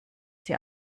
sie